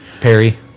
Perry